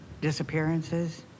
disappearances